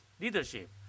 leadership